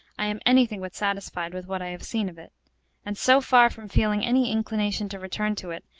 i am any thing but satisfied with what i have seen of it and so far from feeling any inclination to return to it,